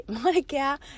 Monica